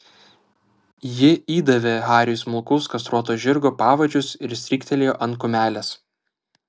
ji įdavė hariui smulkaus kastruoto žirgo pavadžius ir stryktelėjo ant kumelės